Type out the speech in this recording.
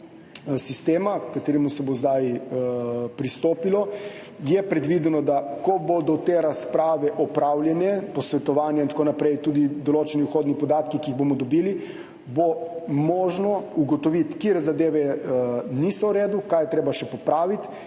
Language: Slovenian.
kateremu se bo zdaj pristopilo, je predvideno, da ko bodo te razprave, posvetovanja in tako naprej opravljene, tudi določeni vhodni podatki, ki jih bomo dobili, bo možno ugotoviti, katere zadeve niso v redu, kaj je treba še popraviti.